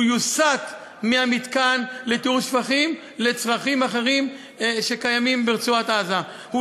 הוא יוסט מהמתקן לטיהור שפכים לצרכים אחרים שקיימים ברצועת-עזה,